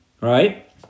right